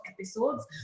episodes